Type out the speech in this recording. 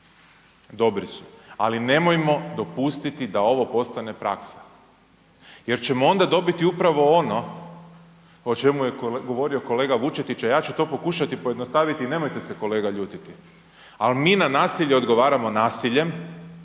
Dobri su, ali nemojmo dopustiti da ovo postane praksa jer ćemo onda dobiti upravo ono o čemu je govorio kolega Vučetić, a ja ću to pokušati pojednostaviti i nemojte se kolega ljutiti. Ali mi na nasilje odgovaramo nasiljem,